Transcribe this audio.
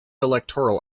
electoral